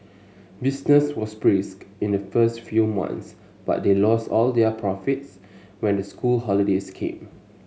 business was brisk in the first few months but they lost all their profits when the school holidays came